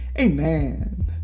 Amen